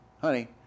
honey